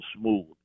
smooth